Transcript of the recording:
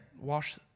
wash